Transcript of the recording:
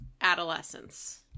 adolescence